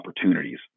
opportunities